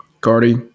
Cardi